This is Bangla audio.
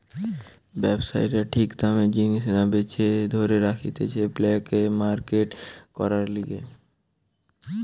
ব্যবসায়ীরা ঠিক দামে জিনিস না বেচে ধরে রাখতিছে ব্ল্যাক মার্কেট করার লিগে